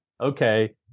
Okay